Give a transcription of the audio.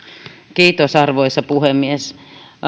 arvoisa puhemies